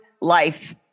Life